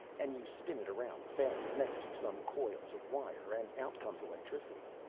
and you spin it around fast next to some coils of wire and out comes electricity.